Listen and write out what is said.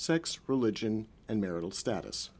sex religion and marital status